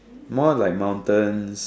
more like mountains